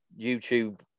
youtube